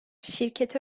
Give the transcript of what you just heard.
şirketi